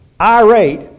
irate